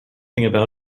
anything